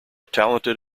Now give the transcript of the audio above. talented